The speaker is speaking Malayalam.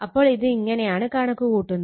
അപ്പോൾ ഇത് ഇങ്ങനെയാണ് കണക്ക് കൂട്ടുന്നത്